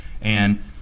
And-